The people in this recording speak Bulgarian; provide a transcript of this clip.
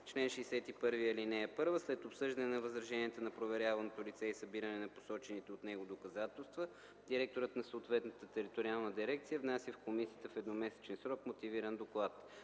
чл. 61: „Чл. 61. (1) След обсъждане на възраженията на проверяваното лице и събиране на посочените от него доказателства директорът на съответната териториална дирекция внася в комисията в едномесечен срок мотивиран доклад.